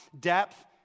depth